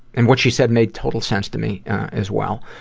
and what she said made total sense to me as well.